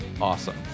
awesome